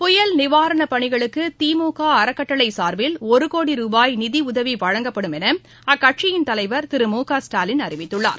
புயல் நிவாரணப் பணிகளுக்குதிமுகஅறக்கட்டளைசா்பில் ஒருகோடி ரூபாய் நிதிஉதவிவழங்கப்படும் எனஅக்கட்சியின் தலைவர் திரு மு க ஸ்டாலின் அறிவித்துள்ளார்